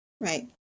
right